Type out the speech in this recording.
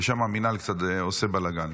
ושם המינהל קצת עושה בלגן.